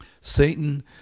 Satan